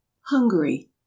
Hungary